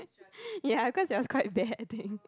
ya because it was quite bad I think